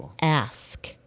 ask